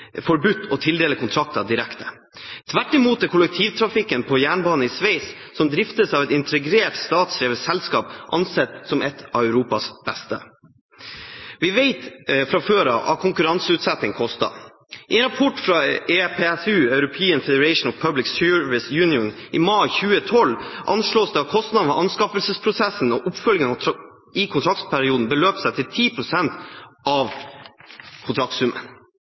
forbudt å tildele kontrakter direkte. Tvert imot er kollektivtrafikken på jernbane i Sveits, som driftes av et integrert, statsdrevet selskap, ansett som et av Europas beste. Vi vet fra før at konkurranseutsetting koster. I en rapport fra EPSU, The European Federation of Public Service Unions, i mai 2012 anslås det at kostnadene ved anskaffelsesprosessen og oppfølging i kontraktsperioden beløper seg til 10 pst. av kontraktsummen.